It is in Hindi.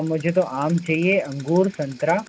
मुझे तो आम चाहिए अंगूर संतरा